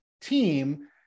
team